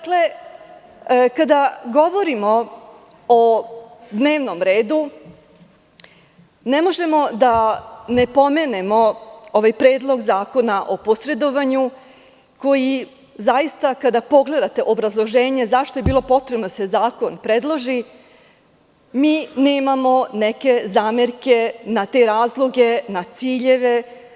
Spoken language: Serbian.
Kada govorimo o dnevnom redu, ne možemo da ne pomenemo Predlog zakona o posredovanju, koji zaista, kada pogledate obrazloženje zašto je bilo potrebno da se zakon predloži, mi nemamo neke zamerke na te razloge, na ciljeve.